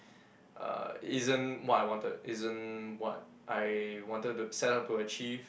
uh isn't what I wanted isn't what I wanted to set up to achieve